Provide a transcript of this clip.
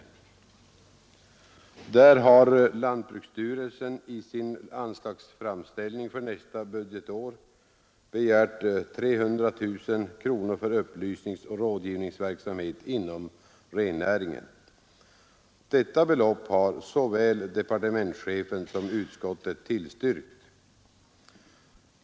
På denna punkt har lantbruksstyrelsen i sin anslagsframställning för nästa budgetår begärt 300 000 kronor för upplysningsoch rådgivningsverksamhet inom rennäringen. Detta belopp har såväl departementschefen som utskottet tillstyrkt.